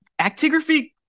Actigraphy